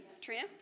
Trina